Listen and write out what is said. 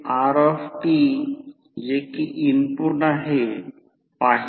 तर आयडियल ट्रान्सफॉर्मरसाठी खालील असम्पशन तयार केली जातात